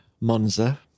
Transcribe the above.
Monza